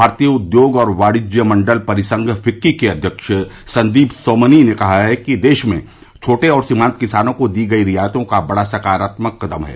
भारतीय उद्योग और वाणिज्य मंडल परिसंघ फिक्की के अध्यक्ष संदीप सोमनी ने कहा है कि देश में छोटे और सीमान्त किसानों को दी गई रियायतें बड़ा सकारात्मक कदम है